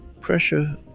pressure